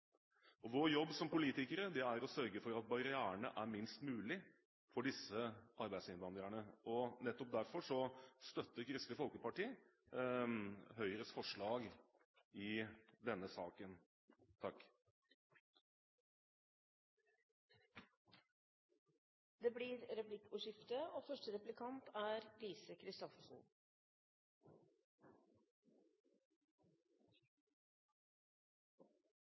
Vår jobb som politikere er å sørge for at barrierene er minst mulig for disse arbeidsinnvandrerne, og nettopp derfor støtter Kristelig Folkeparti Høyres forslag i denne saken. Det blir replikkordskifte.